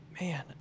Man